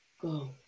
go